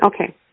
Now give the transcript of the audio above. Okay